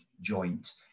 joint